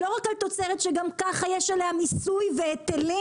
לא רק על תוצרת שגם כך יש עליה מיסוי והיטלים